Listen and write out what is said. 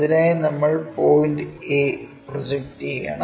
അതിനായി നമ്മൾ point a project ചെയ്യണം